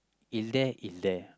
is there it's there